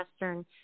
Western